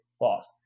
lost